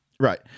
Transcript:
Right